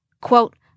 quote